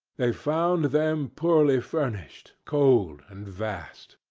they found them poorly furnished, cold, and vast.